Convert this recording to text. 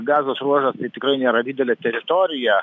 gazos ruožas tikrai nėra didelė teritorija